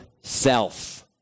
self